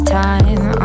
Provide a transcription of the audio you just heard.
time